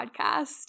podcast